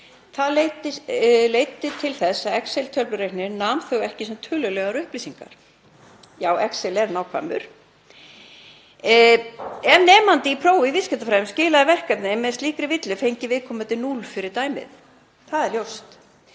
Það leiddi til þess að excel-töflureiknirinn nam það ekki sem tölulegar upplýsingar. Já, excel er nákvæmur. Ef nemandi í prófi í viðskiptafræði skilaði verkefni með slíkri villu fengi viðkomandi 0 fyrir dæmið. Það er ljóst.